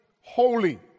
holy